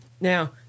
now